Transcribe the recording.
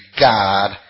God